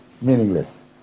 meaningless